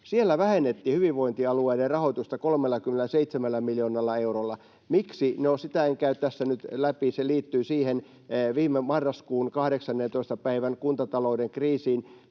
sitten, vähennettiin hyvinvointialueiden rahoitusta 37 miljoonalla eurolla. Miksi? No, sitä en käy tässä nyt läpi. Se liittyy siihen viime marraskuun 18. päivän kuntatalouden kriisiin,